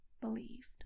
believed